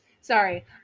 sorry